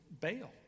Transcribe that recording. bail